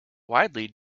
widely